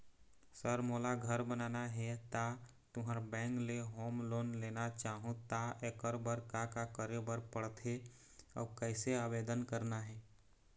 Sir मोला घर बनाना हे ता तुंहर बैंक ले होम लोन लेना चाहूँ ता एकर बर का का करे बर पड़थे अउ कइसे आवेदन करना हे?